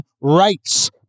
rights